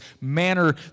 manner